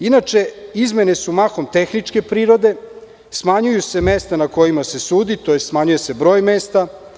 Izmene su mahom tehničke prirode, smanjuju se mesta na kojima se sudi, tj. smanjuje se broj mesta.